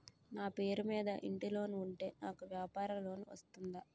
నా పేరు మీద ఇంటి లోన్ ఉంటే నాకు వ్యాపార లోన్ వస్తుందా?